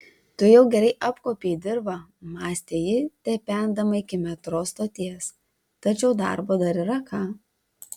tu jau gerai apkuopei dirvą mąstė ji trependama iki metro stoties tačiau darbo dar yra ką